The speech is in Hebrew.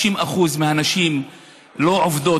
60% מהנשים לא עובדות,